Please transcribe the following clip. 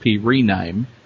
rename